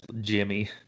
Jimmy